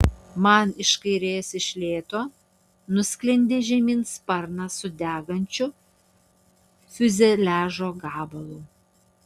man iš kairės iš lėto nusklendė žemyn sparnas su degančiu fiuzeliažo gabalu